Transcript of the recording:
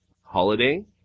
holiday